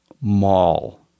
mall